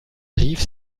rief